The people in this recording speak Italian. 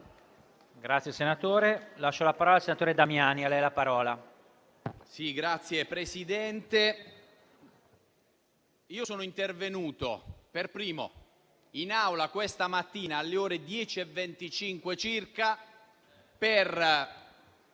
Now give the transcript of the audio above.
sono intervenuto per primo in Aula questa mattina alle ore 10,25 circa in